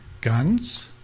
guns